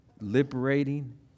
liberating